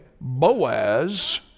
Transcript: Boaz